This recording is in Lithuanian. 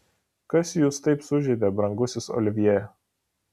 kas jūs taip sužeidė brangusis olivjė